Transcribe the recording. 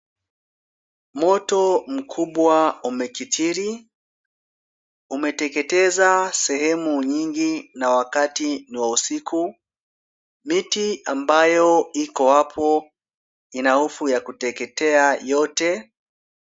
Moto mkubwa umekitiri. Umeteketeza sehemu nyingi na wakati ni wa usiku. Miti ambayo iko hapo ina ufu ya kuteketea yote.